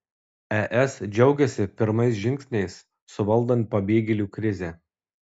es džiaugiasi pirmais žingsniais suvaldant pabėgėlių krizę